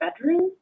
bedroom